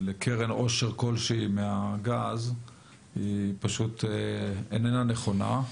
לקרן עושר כלשהי מהגז היא פשוט איננה נכונה.